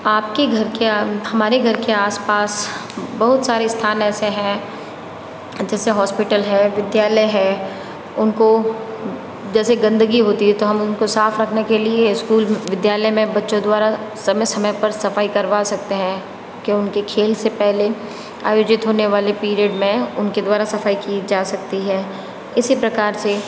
आपके घर के हमारे घर के आसपास बहुत सारे स्थान ऐसे हैं जैसे हॉस्पिटल है विद्यालय है उनको जैसे गंदगी होती है तो हम उनको साफ रखने के लिए स्कूल विद्यालय में बच्चों द्वारा समय समय पर सफाई करवा सकते हैं कि उनके खेल से पहले आयोजित होने वाले पीरियड में उनके द्वारा सफाई की जा सकती है इसी प्रकार से